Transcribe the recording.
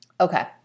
Okay